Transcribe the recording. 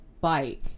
bike